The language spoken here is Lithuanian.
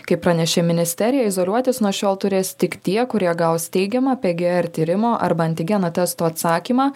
kaip pranešė ministerija izoliuotis nuo šiol turės tik tie kurie gaus teigiamą pgr tyrimo arba antigeno testo atsakymą